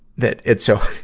that it's, so